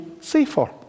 safer